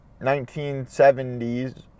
1970s